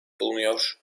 bulunuyor